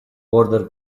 border